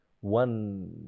one